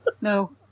No